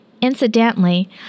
Incidentally